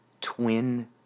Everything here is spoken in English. Twin